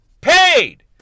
paid